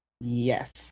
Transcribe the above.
Yes